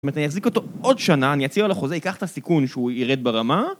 זאת אומרת אני אחזיק אותו עוד שנה, אני אציע לו לחוזה, ייקח את הסיכון שהוא ירד ברמה